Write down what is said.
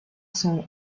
son